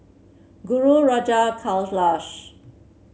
Guru Raja Kailash